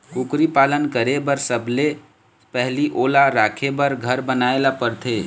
कुकरी पालन करे बर सबले पहिली ओला राखे बर घर बनाए ल परथे